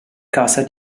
casa